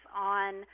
on